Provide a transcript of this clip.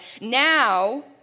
now